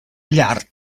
llar